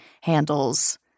handles